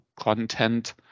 content